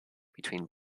between